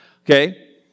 Okay